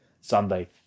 Sunday